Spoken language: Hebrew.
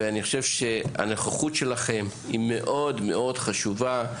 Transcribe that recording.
אני חושב שהנוכחות שלכם היא מאוד חשובה,